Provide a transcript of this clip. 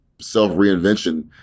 Self-reinvention